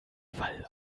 wall